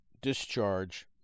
discharge